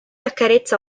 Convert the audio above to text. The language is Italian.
accarezza